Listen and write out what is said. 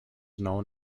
known